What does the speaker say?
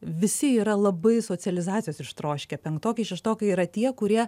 visi yra labai socializacijos ištroškę penktokai šeštokai yra tie kurie